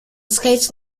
skates